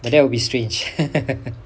but that will be strange